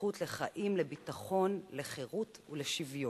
הזכות לחיים, לביטחון, לחירות ולשוויון.